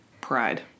Pride